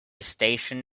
station